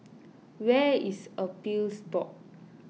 where is Appeals Board